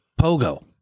pogo